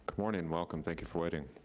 morning, welcome, thank you for waiting.